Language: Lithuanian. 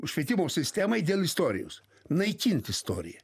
švietimo sistemai dėl istorijos naikint istoriją